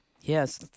Yes